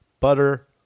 butter